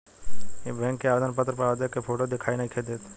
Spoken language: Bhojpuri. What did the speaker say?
इ बैक के आवेदन पत्र पर आवेदक के फोटो दिखाई नइखे देत